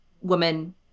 woman